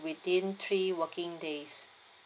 within three working days